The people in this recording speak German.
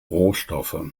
rohstoffe